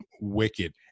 wicked